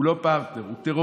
הוא לא פרטנר, הוא טרוריסט.